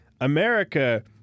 America